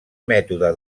mètode